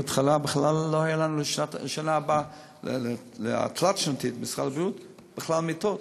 בהתחלה לא היה לנו לשנה הבאה בסל הבריאות בכלל מיטות,